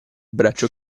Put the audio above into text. braccio